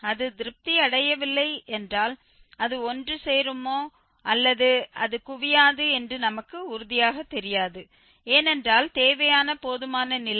அது திருப்தியடையவில்லை என்றால் அது ஒன்றுசேருமா அல்லது அது குவியாது என்று நமக்குத் உறுதியாக தெரியாது ஏனென்றால் தேவையான போதுமான நிலை இல்லை